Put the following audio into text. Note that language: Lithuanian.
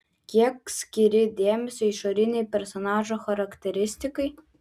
kiek skiri dėmesio išorinei personažo charakteristikai